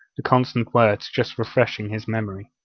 the consonant words just refreshing his memory.